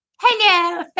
Hello